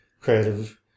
creative